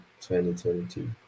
2022